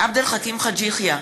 עבד אל חכים חאג' יחיא,